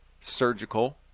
surgical